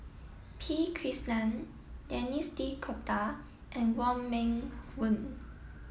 P Krishnan Denis D'Cotta and Wong Meng Voon